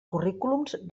currículums